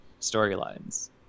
storylines